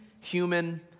human